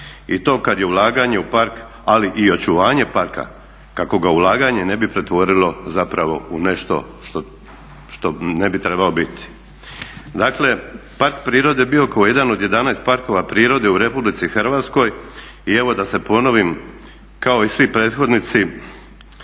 I to kad je ulaganje u park ali i očuvanje parka, kako ga ulaganje ne bi pretvorilo zapravo u nešto što ne bi trebao biti. Dakle, Park prirode Biokovo jedan je od 11 parkova prirode u Republici Hrvatskoj i evo da se ponovim kao i svi prethodnici